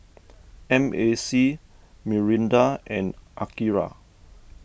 M A C Mirinda and Akira